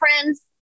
friends